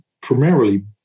primarily